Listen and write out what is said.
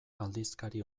aldizkari